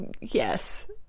Yes